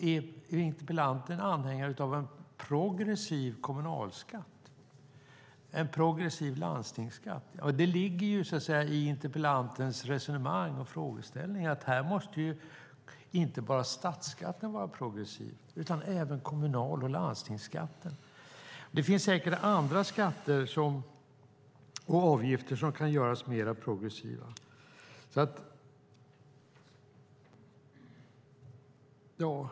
Är interpellanten anhängare av en progressiv kommunalskatt och en progressiv landstingsskatt? Det ligger i interpellantens resonemang att inte bara statsskatten måste vara progressiv utan även kommunal och landstingsskatten. Det finns säkert andra skatter och avgifter som kan göras mer progressiva.